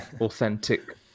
authentic